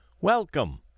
Welcome